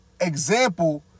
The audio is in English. example